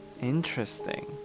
Interesting